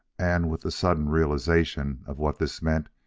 and, with the sudden realization of what this meant,